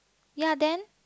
ya then